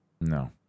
No